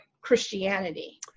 Christianity